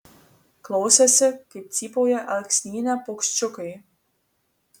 klausėsi kaip cypauja alksnyne paukščiukai